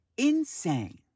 Insane